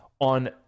On